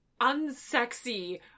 unsexy